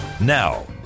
Now